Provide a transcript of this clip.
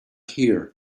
here